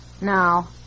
Now